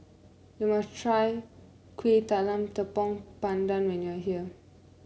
you must try Kuih Talam Tepong Pandan when you are here